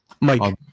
Mike